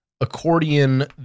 accordion